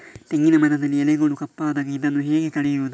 ತೆಂಗಿನ ಮರದಲ್ಲಿ ಎಲೆಗಳು ಕಪ್ಪಾದಾಗ ಇದನ್ನು ಹೇಗೆ ತಡೆಯುವುದು?